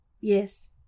yes